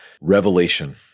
revelation